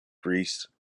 greece